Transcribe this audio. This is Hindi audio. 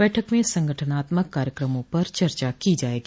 बैठक में संगठनात्मक कार्यक्रमों पर चर्चा की जायेगी